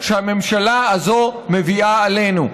שהממשלה הזאת מביאה עלינו,